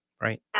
Right